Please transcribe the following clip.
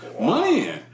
money